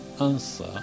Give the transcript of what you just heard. answer